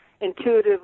intuitive